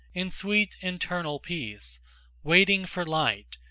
in sweet internal peace waiting for light,